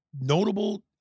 notable